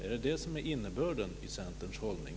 Är det det som är innebörden i Centerns hållning?